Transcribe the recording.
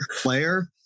player